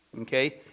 Okay